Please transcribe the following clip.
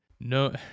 no